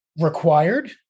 required